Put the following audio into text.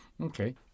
Okay